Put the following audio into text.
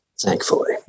thankfully